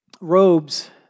robes